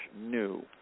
new